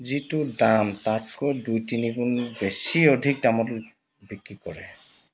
যিটো দাম তাতকৈ দুই তিনিগুণ বেছি অধিক দামত বিক্ৰী কৰে